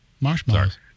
marshmallows